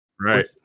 Right